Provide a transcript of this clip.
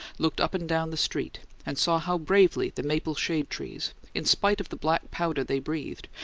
looked up and down the street, and saw how bravely the maple shade-trees, in spite of the black powder they breathed,